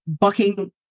bucking